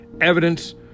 evidence-